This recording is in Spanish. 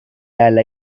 ala